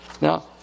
Now